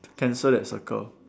cancel that circle